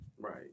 Right